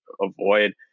avoid